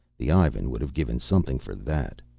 the ivan would have given something for that!